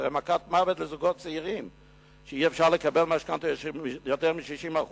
זו מכת מוות לזוגות הצעירים שאי-אפשר לקבל משכנתה של יותר מ-60%.